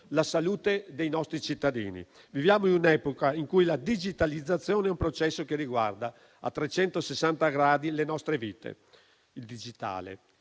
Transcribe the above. la salute dei nostri cittadini. Viviamo in un'epoca in cui la digitalizzazione è un processo che riguarda a trecentosessanta gradi le nostre vite. Il digitale